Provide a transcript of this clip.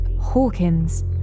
Hawkins